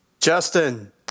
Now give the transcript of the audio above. Justin